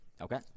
Okay